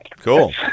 cool